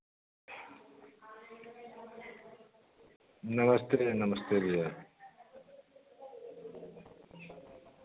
नमस्ते नमस्ते भैया